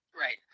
Right